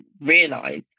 realize